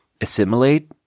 assimilate